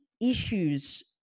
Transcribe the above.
issues